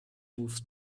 moved